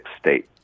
state